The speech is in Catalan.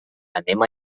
anem